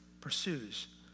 pursues